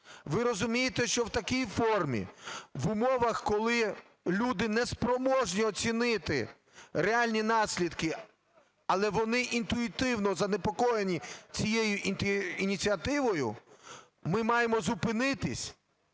ви розумієте, що в такій формі, в умовах, коли люди неспроможні оцінити реальні наслідки, але вони інтуїтивно занепокоєні цією ініціативою, ми маємо зупинитися